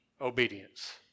obedience